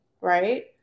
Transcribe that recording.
Right